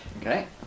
Okay